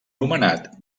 nomenat